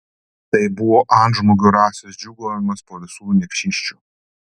tai buvo antžmogių rasės džiūgavimas po visų niekšysčių